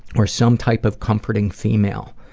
or some type of comforting female.